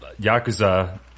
Yakuza